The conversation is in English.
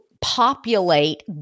populate